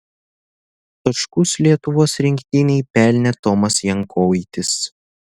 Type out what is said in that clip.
taškus lietuvos rinktinei pelnė tomas jankoitis